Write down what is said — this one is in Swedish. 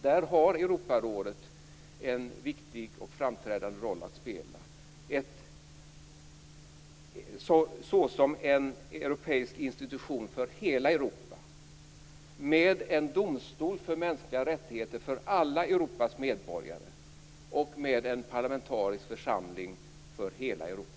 Där har Europarådet en viktig och framträdande roll att spela, såsom en europeisk institution för hela Europa, med en domstol för mänskliga rättigheter för alla Europas medborgare och med en parlamentarisk församling för hela Europa.